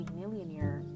millionaire